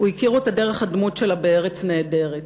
הוא הכיר אותה דרך הדמות שלה ב"ארץ נהדרת".